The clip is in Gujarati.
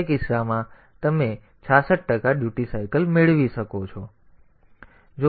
તે કિસ્સામાં તમે 66 ટકા ડ્યુટી સાયકલ મેળવી શકો છો